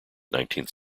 nineteenth